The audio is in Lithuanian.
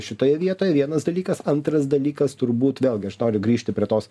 šitoje vietoj vienas dalykas antras dalykas turbūt vėlgi aš noriu grįžti prie tos